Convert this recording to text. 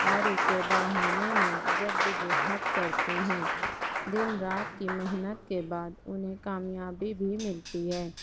اور اسے بڑھانے میں جدوجہد کرتے ہیں دن رات کی محنت کے بعد انہیں کامیابی بھی ملتی ہے